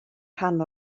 rhan